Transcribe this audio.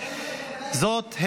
וזאת,